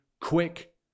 quick